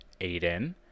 Aiden